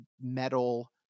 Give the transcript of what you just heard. metal